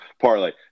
parlay